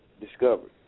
discovered